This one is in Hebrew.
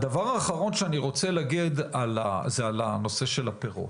הדבר האחרון שאני רוצה להגיד הוא על הנושא של הפירות,